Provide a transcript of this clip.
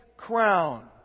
crown